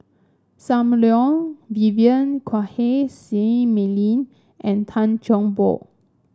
Sam Leong Vivien Quahe Seah Mei Lin and Tan Cheng Bock